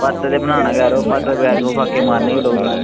भत्त ते बनाना गै यरो भत्त दे बगैर केह् फाके मारने गै लोक